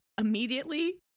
Immediately